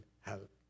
help